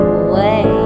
away